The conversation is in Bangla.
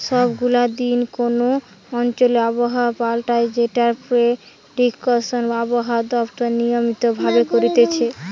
সব গুলা দিন কোন অঞ্চলে আবহাওয়া পাল্টায় যেটার প্রেডিকশন আবহাওয়া দপ্তর নিয়মিত ভাবে করতিছে